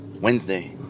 Wednesday